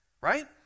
right